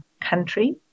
country